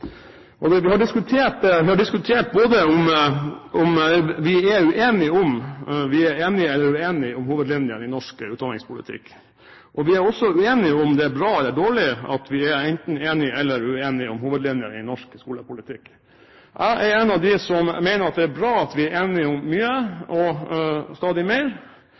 Vi har diskutert om vi er uenige om vi er enige eller uenige om hovedlinjene i norsk utdanningspolitikk. Vi er også uenige om det er bra eller dårlig at vi er enten enige eller uenige om hovedlinjene i norsk skolepolitikk. Jeg er en av dem som mener at det er bra at vi er enige om mye og stadig mer,